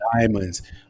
diamonds